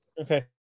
Okay